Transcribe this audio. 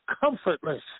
comfortless